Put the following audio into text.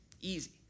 easy